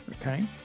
Okay